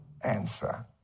answer